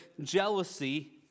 jealousy